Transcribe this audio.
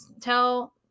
tell